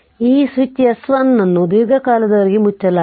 ಈ switch S1 ಅನ್ನು ದೀರ್ಘಕಾಲದವರೆಗೆ ಮುಚ್ಚಲಾಗಿದೆ